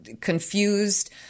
confused